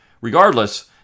Regardless